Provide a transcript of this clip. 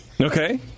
Okay